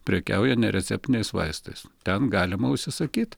prekiauja nereceptiniais vaistais ten galima užsisakyt